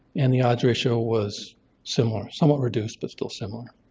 and the odds ratio was similar, somewhat reduced but still similar.